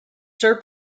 served